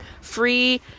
free